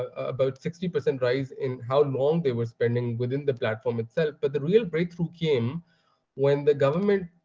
ah about sixty percent rise in how long they were spending within the platform itself. but the real breakthrough came when the government